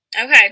Okay